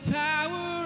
power